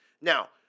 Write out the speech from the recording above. Now